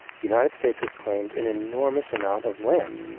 the united states has claimed an enormous amount of land.